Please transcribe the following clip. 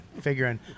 figuring